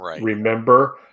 Remember